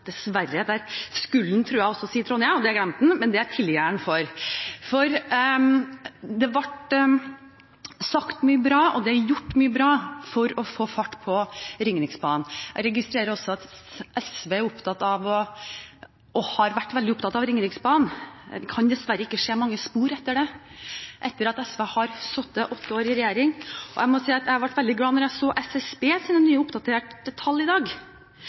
dessverre, og det tilgir jeg han for. Det er sagt mye bra, og det er gjort mye bra for å få fart på Ringeriksbanen. Jeg registrerer også at SV er, og har vært, veldig opptatt av Ringeriksbanen, men jeg kan dessverre ikke se mange spor etter det etter at SV har sittet åtte år i regjering. Jeg må si at jeg ble veldig glad da jeg så SSBs nye oppdaterte tall i dag.